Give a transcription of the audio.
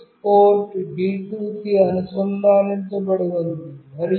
TX port D2 కి అనుసంధానించబడి ఉంది